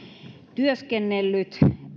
työskennellyt